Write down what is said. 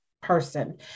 person